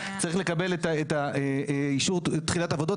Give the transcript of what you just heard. צריך לקבל את אישור תחילת העבודות,